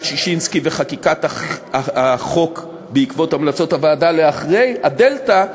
ששינסקי וחקיקת החוק בעקבות המלצות הוועדה למצב שאחרי הדלתא,